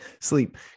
sleep